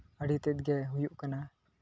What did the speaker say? ᱟᱹᱰᱤ ᱛᱮᱫ ᱜᱮ ᱦᱩᱭᱩᱜ ᱠᱟᱱᱟ